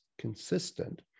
consistent